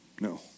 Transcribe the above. No